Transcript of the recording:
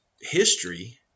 history